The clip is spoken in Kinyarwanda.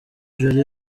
jolly